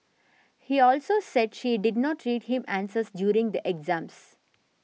he also said she did not read him answers during the exams